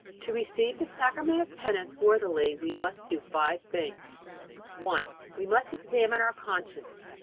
to receive the sacrament of penance worthily we must do five things one. we must examine our conscience.